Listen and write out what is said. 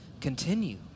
continue